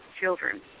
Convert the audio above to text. children